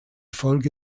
folge